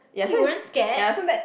what you weren't scared